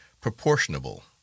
proportionable